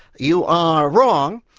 you are wrong,